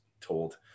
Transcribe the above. told